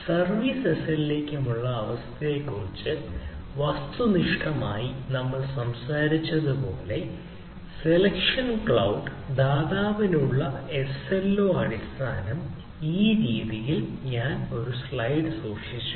service എസ്എൽഎയ്ക്കുമുള്ള അവസ്ഥയെക്കുറിച്ച് വസ്തുനിഷ്ഠമായി നമ്മൾ സംസാരിച്ചതുപോലെ സെലക്ഷൻ ക്ലൌഡ് ദാതാവിനുള്ള SLO അടിസ്ഥാനം ഈ രീതിയിൽ ഞാൻ ഒരു സ്ലൈഡ് സൂക്ഷിച്ചു